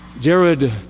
Jared